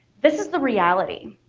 this is the reality.